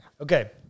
Okay